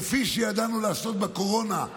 כפי שידענו לעשות בקורונה.